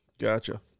Gotcha